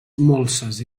molses